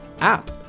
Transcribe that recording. app